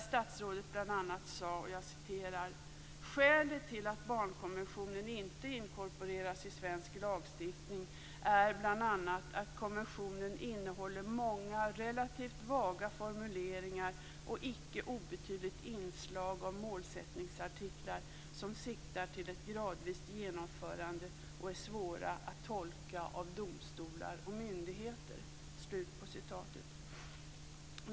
Statsrådet sade bl.a.: "Skälet till att inte inkorporera barnkonventionen är bl.a. att konventionen innehåller många relativt vaga formuleringar och ett inte obetydligt inslag av målsättningsartiklar som siktar till ett gradvist genomförande och är svåra att direkt tolka av domstolar och myndigheter."